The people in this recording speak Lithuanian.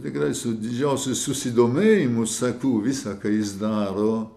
tikrai su didžiausiu susidomėjimu seku visa ką jis daro